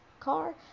car